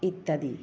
ইত্যাদি